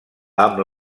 amb